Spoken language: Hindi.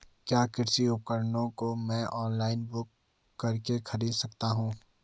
क्या कृषि उपकरणों को मैं ऑनलाइन बुक करके खरीद सकता हूँ?